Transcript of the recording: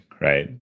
right